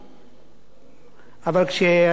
אבל כשמבקשים מהם לעלות לירושלים,